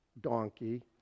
donkey